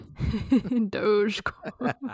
Dogecoin